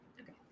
okay